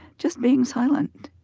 just being silent